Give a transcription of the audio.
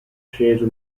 sceso